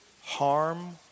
harm